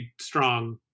strong